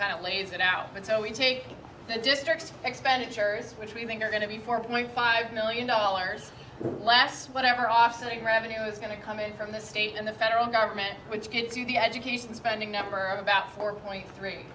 kind of lays it out and so we take the district expenditures which we think are going to be four point five million dollars last whatever offsetting revenue is going to come in from the state and the federal government which gets you the education spending number of about four point three